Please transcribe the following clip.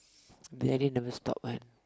diarrhoea never stop what